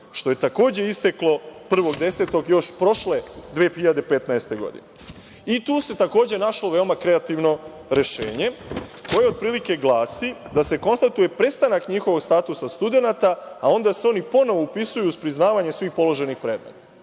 što je takođe isteklo 1. 10. još prošle, 2015. godine. I tu se takođe našlo veoma kreativno rešenje, koje otprilike glasi da se konstatuje prestanak njihovog statusa studenata a onda se oni ponovo upisuju, uz priznavanje svih položenih predmeta.